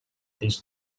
this